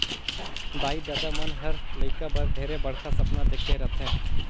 दाई ददा मन हर लेइका बर ढेरे बड़खा सपना देखे रथें